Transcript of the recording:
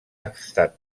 estat